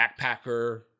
backpacker